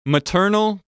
Maternal